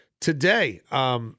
today